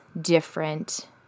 different